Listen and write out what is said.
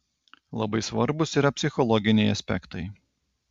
labai svarbūs yra psichologiniai aspektai